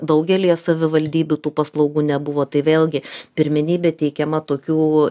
daugelyje savivaldybių tų paslaugų nebuvo tai vėlgi pirmenybė teikiama tokių